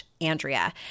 Andrea